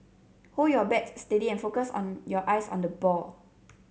hold your bat steady and focus on your eyes on the ball